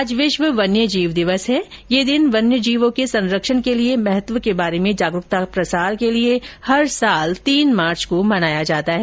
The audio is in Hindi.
आज विश्व वन्य जीव दिवस है ये दिन वन्य जीवों के संरक्षण के लिए महत्व के बारे में जागरूकता के प्रसार के लिए हर साल तीन मार्च को मनाया जाता है